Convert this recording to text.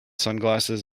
sunglasses